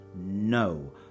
no